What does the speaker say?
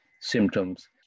symptoms